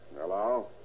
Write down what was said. Hello